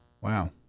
Wow